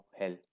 hell